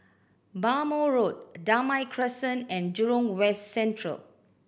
Bhamo Road Damai Crescent and Jurong West Central